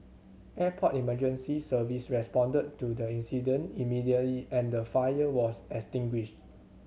airport Emergency Service responded to the incident immediately and the fire was extinguished